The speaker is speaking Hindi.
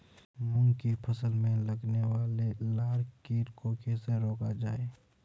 मूंग की फसल में लगने वाले लार कीट को कैसे रोका जाए?